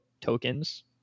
tokens